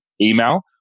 email